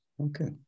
Okay